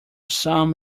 some